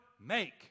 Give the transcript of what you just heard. make